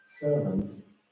servant